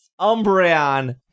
Umbreon